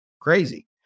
crazy